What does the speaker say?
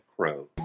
crow